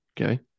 Okay